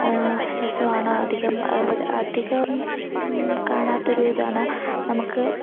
രസമാണ് അധികം അധികം കാണാത്തൊരു ഇതാണ് നമുക്ക്